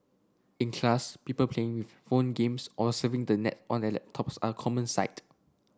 in class people playing with phone games or surfing the net on their laptops are a common sight